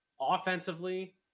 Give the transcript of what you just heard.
offensively